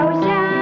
Ocean